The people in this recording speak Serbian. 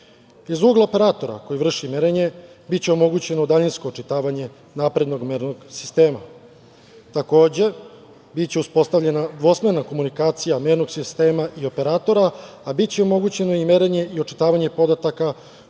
ugla operatora koji vrši merenje biće omogućeno daljinsko očitavanje naprednog mernog sistema. Takođe, biće uspostavljena dvosmerna komunikacija mernog sistema i operatora, a biće omogućeno i merenje i očitavanje podataka